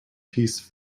piece